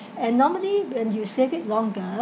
and normally when you save it longer